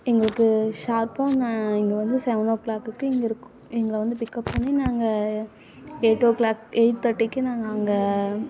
எங்களுக்கு ஷார்ப்பாக நான் இங்கே வந்து செவன் ஓ கிளாக்கு இங்கே இருக்குது எங்களை வந்து பிக்கப் பண்ணி நாங்கள் எயிட் ஓ கிளாக் எயிட் தேர்ட்டிக்கு நாங்கள் அங்கே